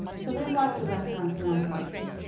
so there's lots of restaurants around the country